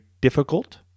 difficult